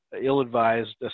ill-advised